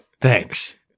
thanks